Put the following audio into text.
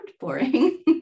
boring